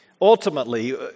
ultimately